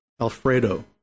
Alfredo